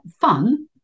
fun